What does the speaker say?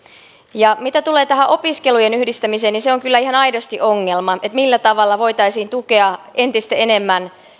ja mitä tulee tähän opiskelujen yhdistämiseen niin se on kyllä ihan aidosti ongelma millä tavalla voitaisiin tukea entistä enemmän